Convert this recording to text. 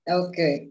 okay